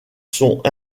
sont